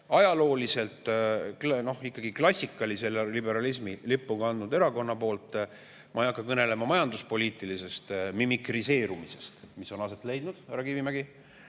ajalooliselt ikkagi klassikalise liberalismi lippu kandnud erakond – ma ei hakka kõnelema majanduspoliitilisest mimikreerumisest, mis on aset leidnud, härra Kivimägi,